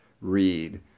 read